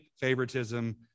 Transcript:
favoritism